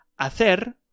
Hacer